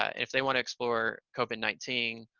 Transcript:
if they want to explore covid nineteen,